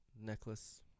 necklace